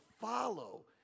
follow